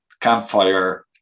campfire